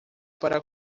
para